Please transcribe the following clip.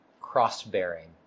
cross-bearing